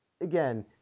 again